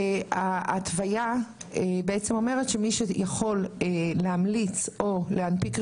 ההתוויה אומרת שמי שיכול להמליץ או להנפיק רישיון,